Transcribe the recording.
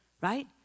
right